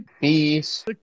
Peace